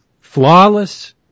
Flawless